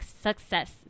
success